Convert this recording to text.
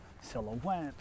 silhouette